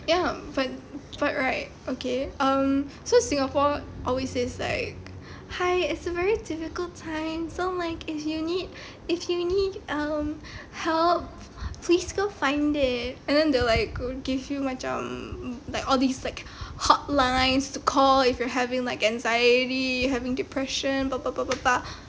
ya but but right okay um so singapore always says like hi it's a very difficult time so like if you need if you need um help please go find it and then they like give you macam like all this like hotlines to call if you're having like anxiety having depression blah blah blah